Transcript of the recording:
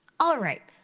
all right,